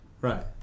Right